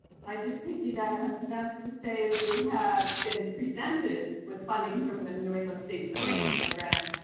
i'd just piggyback onto that to say if you have been presented with funding from the new england states touring program,